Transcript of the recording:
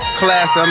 class